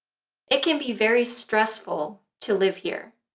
it can be very stressful to live here.